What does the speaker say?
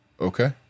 Okay